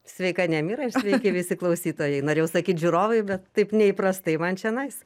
sveika nemira ir sveiki visi klausytojai norėjau sakyt žiūrovai bet taip neįprastai man čionais